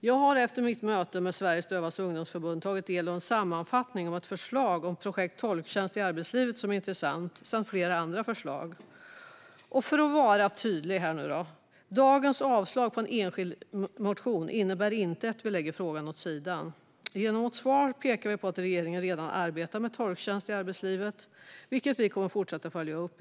Jag har efter mitt möte med Sveriges Dövas Ungdomsförbund tagit del av en sammanfattning om ett intressant förslag om projekt med tolktjänst i arbetslivet samt flera andra förslag. För att vara tydlig: Dagens avslag på en enskild motion innebär inte att vi lägger frågan åt sidan. Genom vårt svar pekar vi på att regeringen redan arbetar med tolktjänst i arbetslivet, vilket vi kommer att fortsätta följa upp.